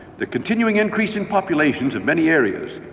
the continuing increase in populations in many areas,